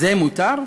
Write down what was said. זה מותר?